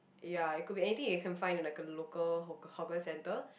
ya it could be anything you can find in like a local hawk~ hawker center